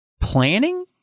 planning